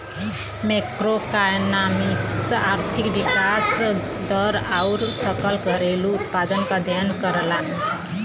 macroeconomics आर्थिक विकास क दर आउर सकल घरेलू उत्पाद क अध्ययन करला